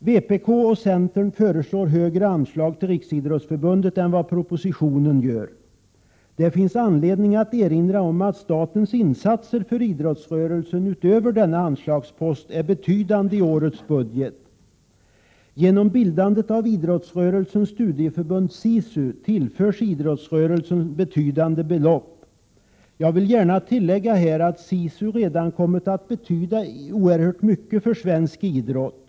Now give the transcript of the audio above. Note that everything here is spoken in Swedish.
Vpk och centern föreslår högre anslag till Riksidrottsförbundet än vad propositionen gör. Det finns anledning att erinra om att statens insatser för idrottsrörelsen utöver denna anslagspost är betydande i årets budget. Genom bildandet av idrottsrörelsens studieförbund SISU tillförs idrottsrörelsen betydande belopp. Jag vill gärna tillägga att SISU redan kommit att betyda oerhört mycket för svensk idrott.